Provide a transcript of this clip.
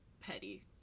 petty